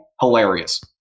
hilarious